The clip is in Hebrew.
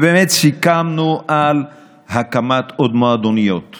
ובאמת סיכמנו על הקמת עוד מועדוניות